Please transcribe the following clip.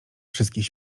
wszystkich